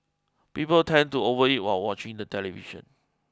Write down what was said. people tend to overeat while watching the television